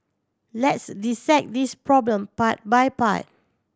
let's dissect this problem part by part